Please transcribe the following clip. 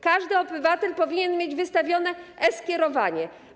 Każdy obywatel powinien mieć wystawione e-skierowanie.